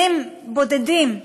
כלים בודדים.